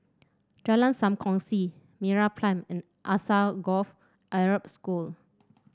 Jalan Sam Kongsi MeraPrime and Alsagoff Arab School